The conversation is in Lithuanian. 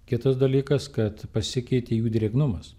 kitas dalykas kad pasikeitė jų drėgnumas